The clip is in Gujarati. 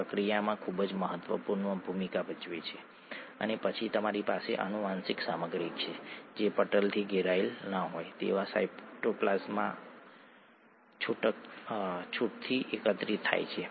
તેથી અહીં આવું જ થાય છે ગ્લુકોઝમાં ઊર્જાનો મોટો જથ્થો યોગ્ય ઊર્જામાં પેક થાય છે જેને એડીનોસાઇન ટ્રાઇફોસ્ફેટ અથવા એટીપી કહેવામાં આવે છે